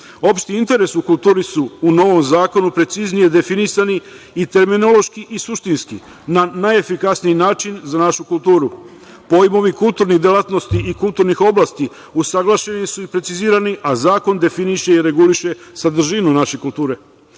interes u kulturi su u novom zakonu preciznije definisani i terminološki i suštinski, na najefikasniji način za našu kulturu. Pojmovi kulturnih delatnosti i kulturnih oblasti usaglašeni su i precizirani, a zakon definiše i reguliše sadržinu naše kulture. Posle